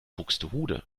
buxtehude